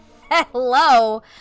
hello